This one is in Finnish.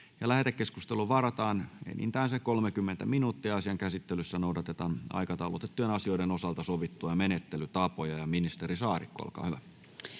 Lähetekeskustelua varten varataan enintään 30 minuuttia. Asian käsittelyssä noudatetaan aikataulutettujen asioiden osalta sovittuja menettelytapoja. — Ministeri Saarikko,